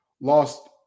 lost